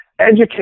Educate